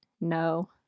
no